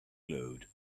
glowed